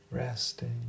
Resting